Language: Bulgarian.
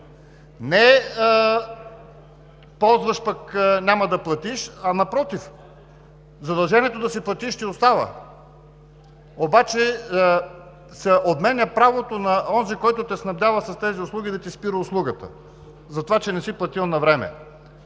– ползваш, пък няма да платиш, а напротив, задължението да си платиш ти остава, обаче се отменя правото на онзи, който те снабдява с тези услуги, да ти спира услугата за това, че не си платил навреме.